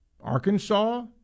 Arkansas